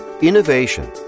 innovation